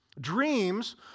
Dreams